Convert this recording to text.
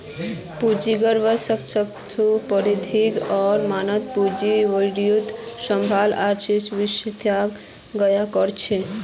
पूंजीगत वस्तु, श्रम शक्ति, प्रौद्योगिकी आर मानव पूंजीत वृद्धि सबला आर्थिक विकासत योगदान कर छेक